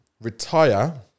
Retire